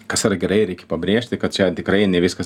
kas yra gerai reikia pabrėžti kad čia tikrai ne viskas